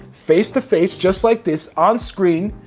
face-to-face just like this on screen,